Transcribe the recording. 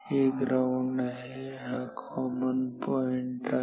हे ग्राउंड आहे आणि हा कॉमन पॉईंट आहे